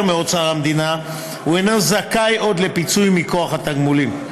מאוצר המדינה הוא אינו זכאי עוד לפיצוי מכוח התגמולים.